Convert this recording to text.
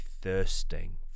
thirsting